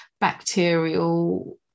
bacterial